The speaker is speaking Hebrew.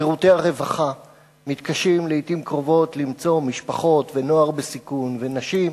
שירותי הרווחה מתקשים לעתים קרובות למצוא משפחות ונוער בסיכון ונשים,